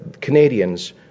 Canadians